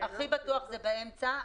הכי בטוח זה באמצע,